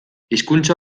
hizkuntza